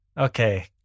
Okay